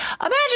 imagine